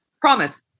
Promise